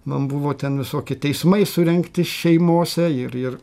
man buvo ten visokie teismai surengti šeimose ir ir